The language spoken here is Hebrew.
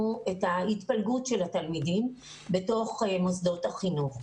את התפלגות התלמידים במוסדות החינוך.